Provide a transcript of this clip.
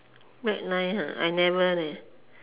black line !huh! I never leh